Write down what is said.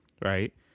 right